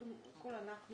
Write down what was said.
קודם כול אנחנו